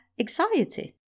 anxiety